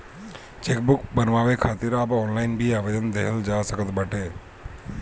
chequebook बनवावे खातिर अब ऑनलाइन भी आवेदन देहल जा सकत बाटे